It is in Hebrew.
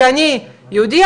כי אני יהודייה,